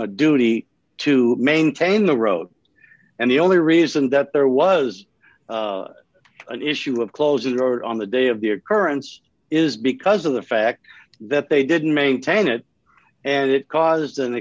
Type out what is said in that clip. two duty to maintain the road and the only reason that there was an issue of closing or on the day of the occurrence is because of the fact that they didn't maintain it and it caused an